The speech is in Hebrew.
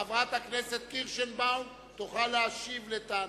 חברת הכנסת קירשנבאום תוכל להשיב על טענתו.